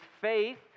faith